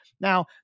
Now